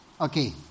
okay